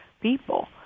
people